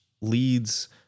leads